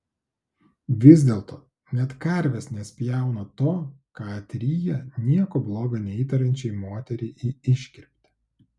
vis dėlto net karvės nespjauna to ką atryja nieko bloga neįtariančiai moteriai į iškirptę